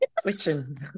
switching